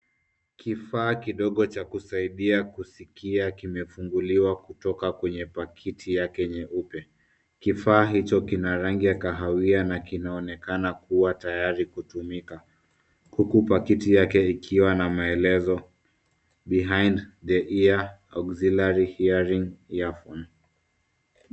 Kifaa kidogo cha kusaidia kusikia kimefunguliwa kutoka kwenye pakiti yake nyeupe. Kifaa hicho kina rangi ya kahawia na kinaonekana kuwa tayari kutumika huku pakiti yake ikiwa na maelezo "behind the ear auxilliary hearing earphone" .